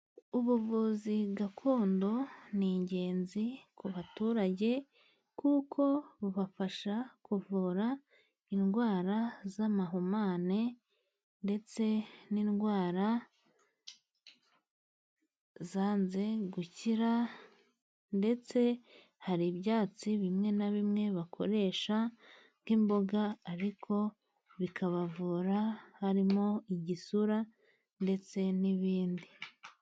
Ubuvuzi gakondo ni ingenzi ku baturage, kuko bubafasha kuvura indwara z'amahumane, ndetse n'indwara zanze gukira. Ndetse hari ibyatsi bimwe na bimwe bakoresha nk'imboga ariko bikabavura, harimo igisura ndetse n'ibindi.